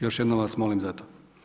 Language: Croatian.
Još jednom vas molim za to.